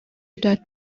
داد